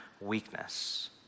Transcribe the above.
weakness